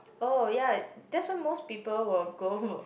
oh ya that's why most people will go